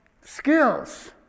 skills